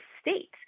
state